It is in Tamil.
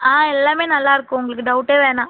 ஆ எல்லாமே நல்லார்க்கும் உங்களுக்கு டவுட்டே வேணாம்